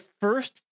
first